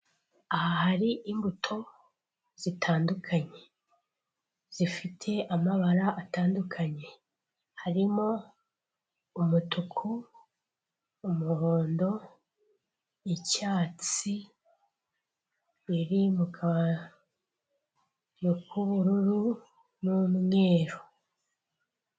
Aha hari imbuto zitandukanye, zifite amabara atandukanye, harimo umutuku, umuhondo, icyatsi, biri mu kantu k'ubururu n'umweru.